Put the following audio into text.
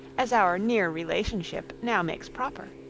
as our near relationship now makes proper.